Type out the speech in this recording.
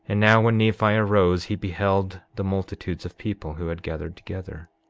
and now, when nephi arose he beheld the multitudes of people who had gathered together.